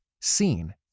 seen